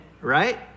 right